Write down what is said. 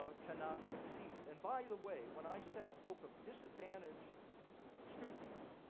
ah cannot succeed. and by the way, when i said bulk of disadvantaged students,